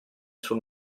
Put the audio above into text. sul